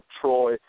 Troy